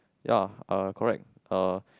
ya uh correct uh